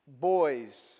boys